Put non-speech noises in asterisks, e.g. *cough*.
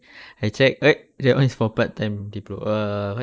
*breath* I check eh that one is for part time diplo~ err what